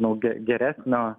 na ge geresnio